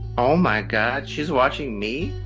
oh my god, she's watching me?